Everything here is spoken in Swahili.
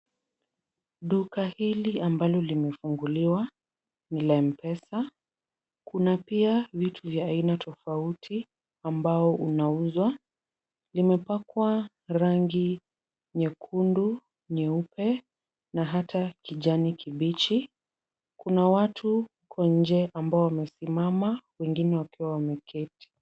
Duka hili ambalo limefunguliwa ni la mpesa. Kuna pia vitu vya aina tofauti ambao unauzwa. Limepakwa rangi nyekundu, nyeupe na hata kijani kibichi. Kuna watu huko nje ambao wamesimama wengine wakiwa wameketi.